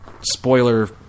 Spoiler